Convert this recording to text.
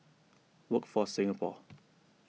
Workforce Singapore